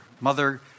Mother